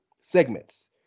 segments